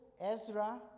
Ezra